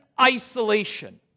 isolation